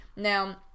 Now